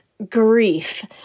Grief